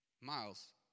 Miles